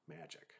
magic